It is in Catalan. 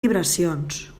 vibracions